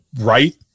right